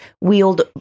wield